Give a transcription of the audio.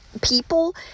people